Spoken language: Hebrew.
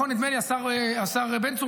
השר בן צור,